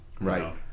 right